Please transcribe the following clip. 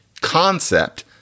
concept